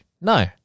no